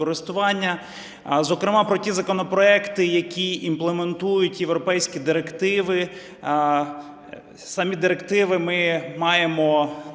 зокрема про ті законопроекти, які імплементують європейські директиви. Самі директиви ми маємо